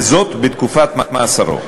וזאת בתקופת מאסרו.